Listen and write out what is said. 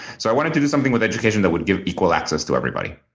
so i wanted to do something with education that would give equal access to everybody.